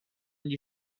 gli